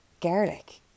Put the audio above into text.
garlic